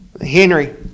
Henry